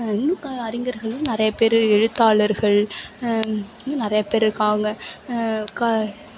இன்னும் அறிஞர்களும் நிறைய பேர் எழுத்தாளர்கள் இன்னும் நிறைய பேர் இருக்காங்க கா